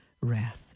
wrath